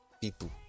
people